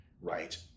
right